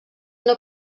una